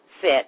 sit